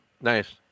nice